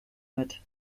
mit